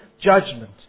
judgment